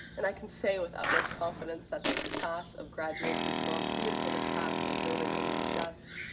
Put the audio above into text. and i can say with utmost confidence that this class of graduates is well suited for the task of building a more just,